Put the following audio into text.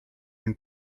une